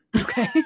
Okay